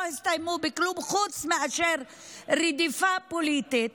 הסתיימו בכלום חוץ מאשר רדיפה פוליטית.